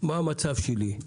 מה המצב שלי,